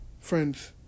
Friends